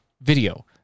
video